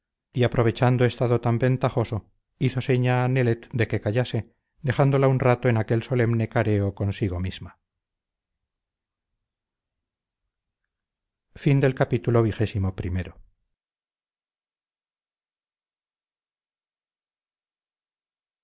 y aprovechando estado tan ventajoso hizo seña a nelet de que callase dejándola un rato en aquel solemne careo consigo misma